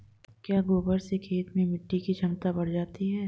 क्या गोबर से खेत में मिटी की क्षमता बढ़ जाती है?